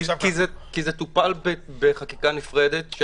כי זה טופל בחקיקה נפרדת.